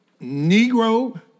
Negro